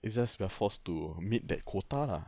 it's just we're forced to meet that quota lah